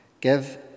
Give